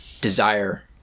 desire